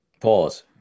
Pause